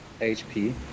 HP